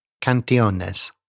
Cantiones